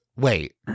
Wait